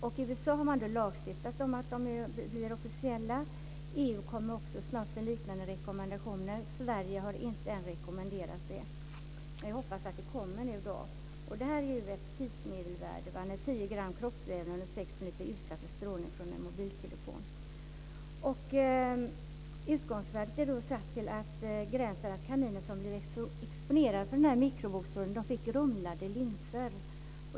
I USA har man lagstiftat om att de blir officiella. EU kommer också snart med liknande rekommendationer. Sverige har ännu inte rekommenderat det. Men jag hoppas att det kommer. Det är fråga om ett tidsmedelvärde. 10 gram kroppsvävnad utsätts under sex minuter för strålning från en mobiltelefon. Utgångsvärdet är satt så att kaniner som blev exponerade för mikrovågsstrålning fick grumlade linser.